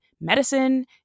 medicine